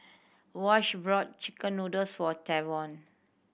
Wash brought chicken noodles for Tavon